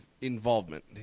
involvement